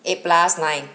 eight plus nine